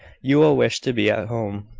you will wish to be at home,